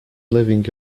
living